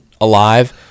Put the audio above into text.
alive